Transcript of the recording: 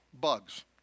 bugs